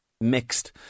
Mixed